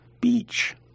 beach